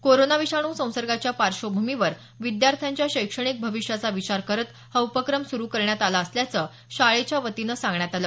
corona विषाणू संसर्गाच्या पार्श्वभूमीवर विद्यार्थ्यांच्या शैक्षणिक भविष्याचा विचार करत हा उपक्रम सुरु करण्यात आला असल्याचं शाळेच्या वतीनं सांगण्यात आलं